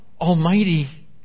Almighty